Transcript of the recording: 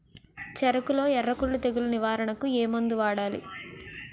చెఱకులో ఎర్రకుళ్ళు తెగులు నివారణకు ఏ మందు వాడాలి?